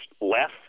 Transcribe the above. less